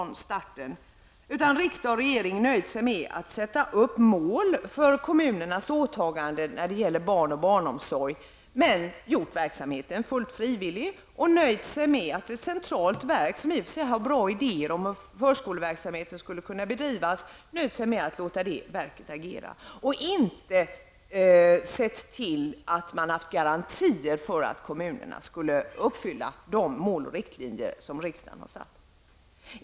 Om riksdag och regering hade nöjt sig med att sätta upp mål för kommunernas åtaganden när det gäller barn och barnomsorg, men gjort verksamheten fullt frivillig och nöjt sig med att låta ett centralt verk agera, som i och för sig hade bra idéer om hur förskoleverksamhet skulle kunna bedrivas, skulle det inte ha fungerat om man inte sett till att ha garantier för att kommunerna skulle uppfylla de mål och riktlinjer som riksdagen har satt.